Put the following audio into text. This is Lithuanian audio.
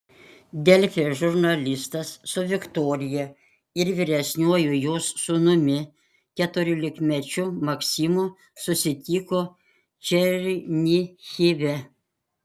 delfi žurnalistas su viktorija ir vyresniuoju jos sūnumi keturiolikmečiu maksimu susitiko černihive